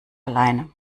alleine